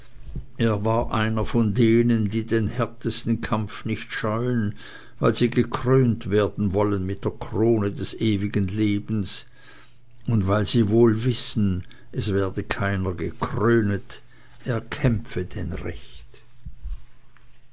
er war einer von denen die den härtesten kampf nicht scheuen weil sie gekrönt werden wollen mit der krone des ewigen lebens und weil sie wohl wissen es werde keiner gekrönet er kämpfe dann recht